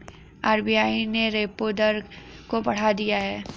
RBI ने repo दर को बढ़ा दिया है